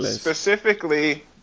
Specifically